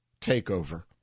takeover